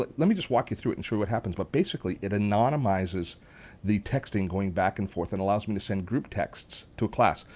but let me just walk you through it and show you what happens. but basically, it anonymizes the texting going back and forth and allows me to send group texts to a class.